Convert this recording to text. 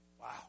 Wow